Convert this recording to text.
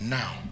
now